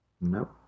no